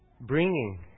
bringing